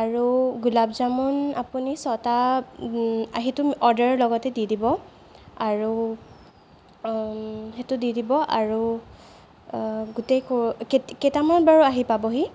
আৰু গোলাব জামুন আপুনি ছটা সেইটো অৰ্ডাৰৰ লগতে দি দিব আৰু সেইটো দি দিব আৰু গোটেই কেইটামানত বাৰু আহি পাবহি